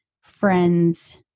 friends